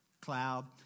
cloud